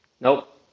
Nope